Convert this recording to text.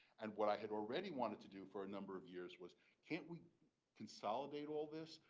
and what i had already wanted to do for a number of years was can't we consolidate all this.